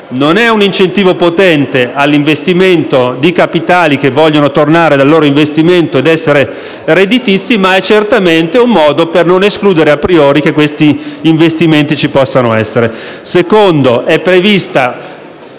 Non è un incentivo potente all'investimento di capitali, che vogliono tornare nel loro investimento ad essere redditizi, ma è certamente un modo per non escludere *a priori* che questi investimenti ci possano essere.